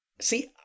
See